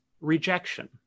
rejection